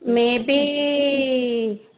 maybe